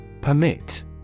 Permit